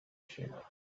shape